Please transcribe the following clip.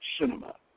cinema